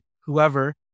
whoever